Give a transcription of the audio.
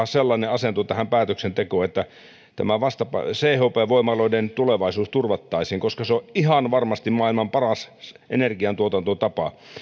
sellainen asento tähän päätöksentekoon että chp voimaloiden tulevaisuus turvattaisiin koska se on ihan varmasti maailman paras energiantuotantotapa